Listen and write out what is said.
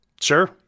Sure